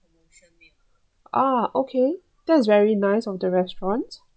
ah okay that's very nice of the restaurant